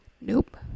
Nope